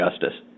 justice